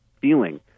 feeling